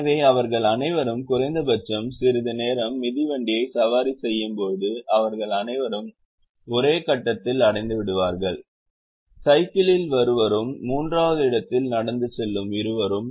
எனவே அவர்கள் அனைவரும் குறைந்த பட்சம் சிறிது நேரம் மிதிவண்டியை சவாரி செய்யும்போது அவர்கள் அனைவரும் ஒரே கட்டத்தில் அடைந்துவிடுவார்கள் சைக்கிளில் வருவரும் மூன்றாவது இடத்தில் நடந்து செல்லும் இருவரும்